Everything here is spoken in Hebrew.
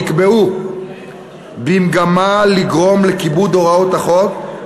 נקבעו במגמה לגרום לכיבוד הוראות החוק,